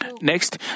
Next